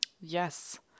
Yes